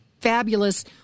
fabulous